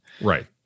Right